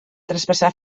traspassar